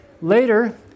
Later